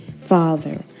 father